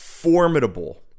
formidable